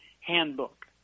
Handbook